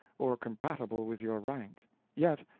or compatible with your rank yet,